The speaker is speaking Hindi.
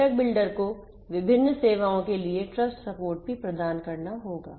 घटक बिल्डर को विभिन्न सेवाओं के लिए ट्रस्ट सपोर्ट भी प्रदान करना होगा